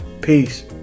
Peace